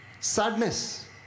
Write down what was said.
Sadness